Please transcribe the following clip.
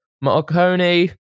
Marconi